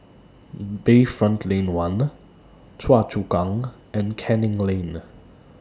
Bayfront Lane one Choa Chu Kang and Canning Lane